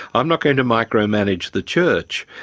i'm not going to micromanage the church.